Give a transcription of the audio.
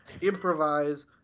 improvise